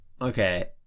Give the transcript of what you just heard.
okay